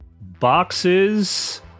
Boxes